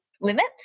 limit